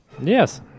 Yes